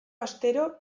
astero